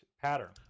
pattern